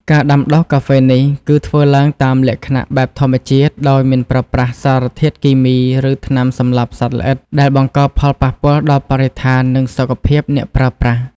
ការដាំដុះកាហ្វេនេះ គឺធ្វើឡើងតាមលក្ខណៈបែបធម្មជាតិ ដោយមិនប្រើប្រាស់សារធាតុគីមី ឬថ្នាំសម្លាប់សត្វល្អិត ដែលបង្កផលប៉ះពាល់ដល់បរិស្ថាន និងសុខភាពអ្នកប្រើប្រាស់។